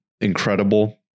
Incredible